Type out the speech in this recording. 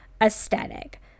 aesthetic